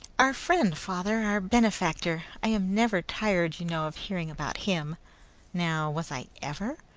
our friend, father, our benefactor. i am never tired, you know, of hearing about him now, was i ever?